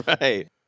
Right